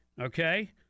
okay